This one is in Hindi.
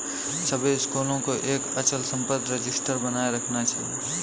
सभी स्कूलों को एक अचल संपत्ति रजिस्टर बनाए रखना चाहिए